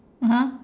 (uh huh)